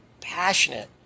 passionate